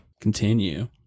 Continue